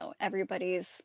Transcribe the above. everybody's